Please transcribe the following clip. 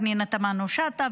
פנינה תמנו שטה,